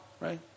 right